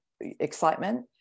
excitement